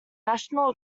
national